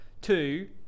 Two